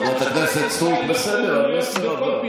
טוב, חברת הכנסת סטרוק, בסדר, המסר עבר.